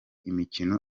imikino